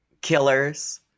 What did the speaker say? killers